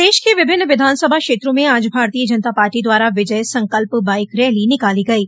प्रदेश के विभिन्न विधानसभा क्षेत्रों में आज भारतीय जनता पार्टी द्वारा विजय संकल्प बाइक रैली निकाली गईं